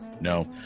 No